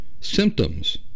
symptoms